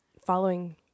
following